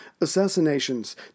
Assassinations